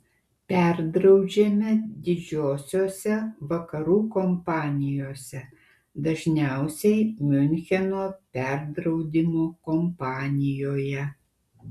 perdraudžiame didžiosiose vakarų kompanijose dažniausiai miuncheno perdraudimo kompanijoje